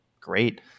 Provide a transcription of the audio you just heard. great